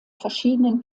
verschiedenen